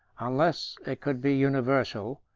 unless it could be universal,